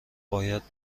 باید